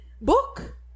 book